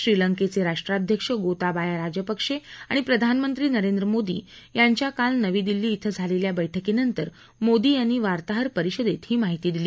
श्रीलंकेचे राष्ट्राध्यक्ष गोताबाया राजपक्षे आणि प्रधानमंत्री नरेंद्र मोदी यांच्या काल नवी दिल्ली कें झालेल्या बैठकीनंतर मोदी यांनी वार्ताहर परिषदेत ही माहिती दिली